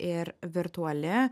ir virtuali